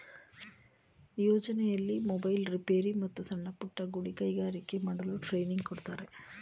ಯೋಜನೆಯಲ್ಲಿ mobile repair, ಮತ್ತು ಸಣ್ಣಪುಟ್ಟ ಗುಡಿ ಕೈಗಾರಿಕೆ ಮಾಡಲು ಟ್ರೈನಿಂಗ್ ಕೊಡ್ತಾರೆ